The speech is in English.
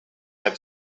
had